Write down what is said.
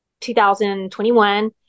2021